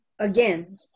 again